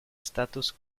status